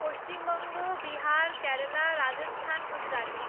Paschimbanga Bihar Kerala Rajasthan Gujarat